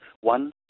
One